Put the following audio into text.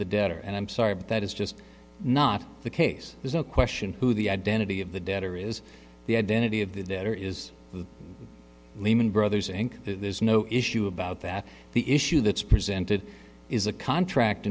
debtor and i'm sorry but that is just not the case there's no question who the identity of the debtor is the identity of the debtor is the lehman brothers inc there's no issue about that the issue that's presented is a contract